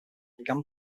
began